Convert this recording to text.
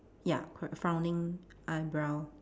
ya f~ frowning eyebrow